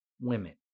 women